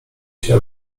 się